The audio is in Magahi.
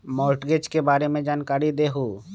मॉर्टगेज के बारे में जानकारी देहु?